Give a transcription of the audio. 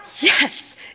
Yes